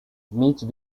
mitch